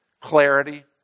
clarity